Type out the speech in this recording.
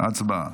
הצבעה.